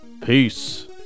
Peace